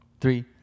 Three